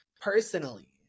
personally